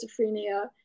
schizophrenia